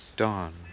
Dawn